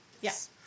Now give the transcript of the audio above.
yes